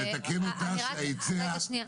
אני אתקן אותך,